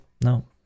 No